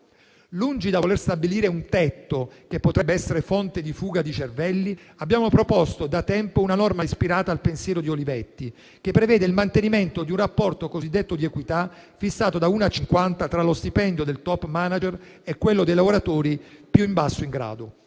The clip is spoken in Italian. Lungi dal voler stabilire un tetto, che potrebbe essere fonte di fuga di cervelli, abbiamo proposto da tempo una norma ispirata al pensiero di Olivetti, che prevede il mantenimento di un rapporto cosiddetto di equità, fissato da uno a cinquanta tra lo stipendio del *top manager* e quello dei lavoratori di grado più basso.